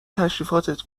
تشریفاتت